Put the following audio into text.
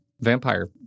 vampire